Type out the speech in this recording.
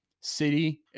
city